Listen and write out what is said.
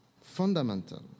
fundamental